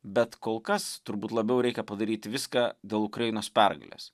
bet kol kas turbūt labiau reikia padaryti viską dėl ukrainos pergalės